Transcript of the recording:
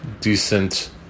decent